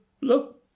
look